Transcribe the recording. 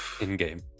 In-game